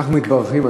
אנחנו מתברכים,